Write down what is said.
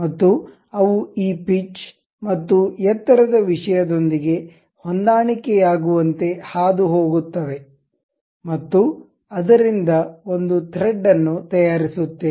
ಮತ್ತು ಅವು ಈ ಪಿಚ್ ಮತ್ತು ಎತ್ತರದ ವಿಷಯದೊಂದಿಗೆ ಹೊಂದಾಣಿಕೆಯಾಗುವಂತೆ ಹಾದುಹೋಗುತ್ತೇವೆ ಮತ್ತು ಅದರಿಂದ ಒಂದು ಥ್ರೆಡ್ಅನ್ನು ತಯಾರಿಸುತ್ತೇವೆ